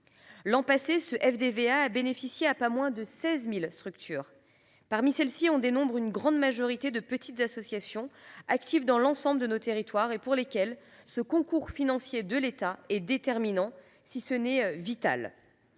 L’an passé, le FDVA a profité à pas moins de 16 000 structures. Parmi celles ci, on dénombre une grande majorité de petites associations, actives dans l’ensemble de nos territoires et pour lesquelles ce concours financier de l’État est déterminant, pour ne pas